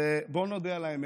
ועדיין אני אומרת לך,